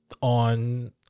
on